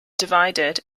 divided